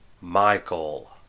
Michael